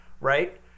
right